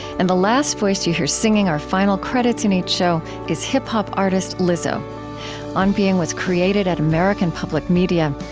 and the last voice that you hear singing our final credits in each show is hip-hop artist lizzo on being was created at american public media.